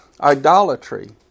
Idolatry